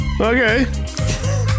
Okay